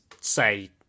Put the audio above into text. say